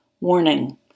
Warning